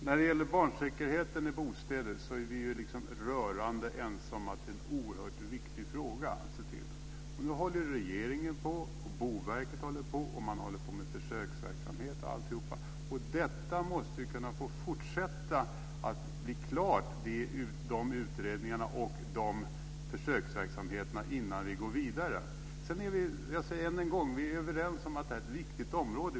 Fru talman! När det gäller barnsäkerheten i bostäderna är vi rörande ense om att det är en oerhört viktig fråga. Nu håller regeringen på med detta, och Boverket håller på. Man håller på med försöksverksamhet och allt det där. Detta måste få fortsätta och bli klart, alltså dessa utredningar och försöksverksamheter, innan vi går vidare. Sedan säger jag än en gång att vi är överens om att detta är ett viktigt område.